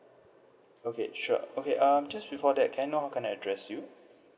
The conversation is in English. okay sure okay um just before that can I know how can I address you